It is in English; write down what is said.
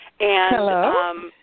Hello